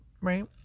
right